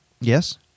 Yes